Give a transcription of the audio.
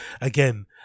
again